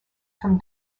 from